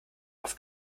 auf